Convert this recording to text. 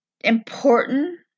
important